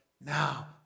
Now